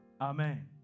Amen